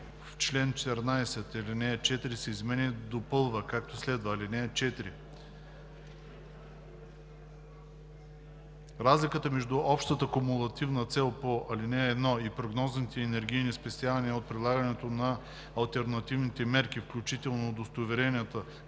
В чл. 14, ал. 4 се изменя и допълва, както следва: „(4) Разликата между общата кумулативна цел по ал. 1 и прогнозните енергийни спестявания от прилагането на алтернативните мерки, включително удостоверенията